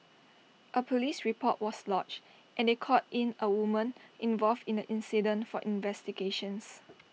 A Police report was lodged and they called in A woman involved in the incident for investigations